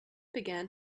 began